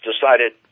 decided